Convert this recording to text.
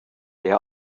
der